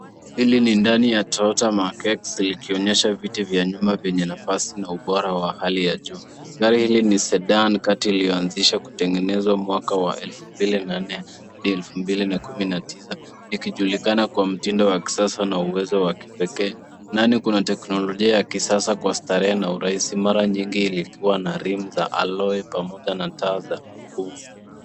Hili ni ndani ya Toyota mark x likionyesha ndani ya viti vya nyuma yenye nafasi na ubora wa hali ya juu, gari hili ni sedan kati iliyoanzishwa kutengeneswa mwaka wa elfu mbili na nne Hadi elfu nne kumi na tisa ikichulikana Kwa mitindo wa kisasa na uwezo wakipekee ndani Kuna teknolojia ya kisasa kwa starehe Kwa uraisi mara nyingi ikiwa na rim za aloe pamoja na taa